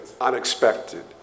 unexpected